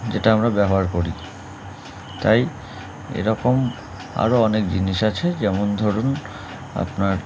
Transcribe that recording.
যেটা আমরা ব্যবহার করি তাই এরকম আরও অনেক জিনিস আছে যেমন ধরুন আপনার